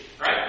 right